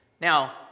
Now